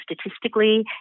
statistically